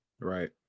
Right